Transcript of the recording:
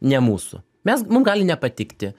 ne mūsų mes mum gali nepatikti